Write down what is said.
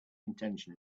intention